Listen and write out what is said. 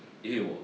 因为我